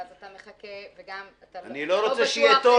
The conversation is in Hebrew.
ואתה מחכה --- אני לא רוצה שיהיה תור